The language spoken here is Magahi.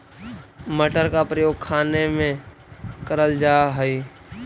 मटर का प्रयोग खाने में करल जा हई